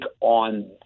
on